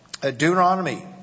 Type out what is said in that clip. Deuteronomy